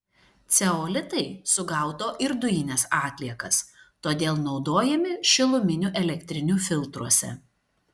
ceolitai sugaudo ir dujines atliekas todėl naudojami šiluminių elektrinių filtruose